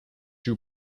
two